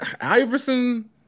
Iverson